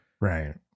Right